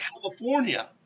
California